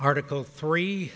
article three